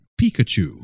Pikachu